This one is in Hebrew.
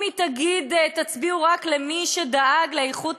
אם היא תגיד: תצביעו רק למי שדאג לאיכות